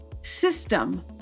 system